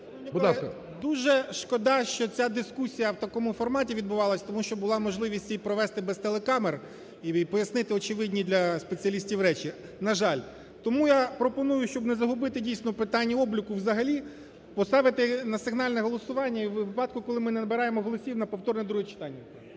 Дуже шкода, що ця дискусія в такому форматі відбувалася, тому що була можливість її провести без телекамер і пояснити очевидні для спеціалістів речі, на жаль. Тому я пропоную, щоб не загубити, дійсно, питання обліку взагалі, поставити на сигнальне голосуванні і у випадку, коли ми не набираємо голосів, на повторне друге читання.